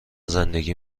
زندگی